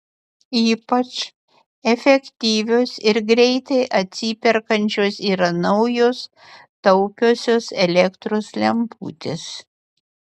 ypač efektyvios ir greitai atsiperkančios yra naujos taupiosios elektros lemputės